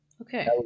Okay